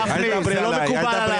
סליחה, הרב גפני, זה לא מקובל עליי.